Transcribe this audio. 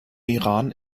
iran